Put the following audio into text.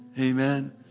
Amen